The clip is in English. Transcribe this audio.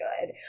good